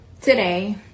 today